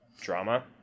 drama